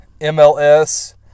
MLS